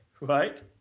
Right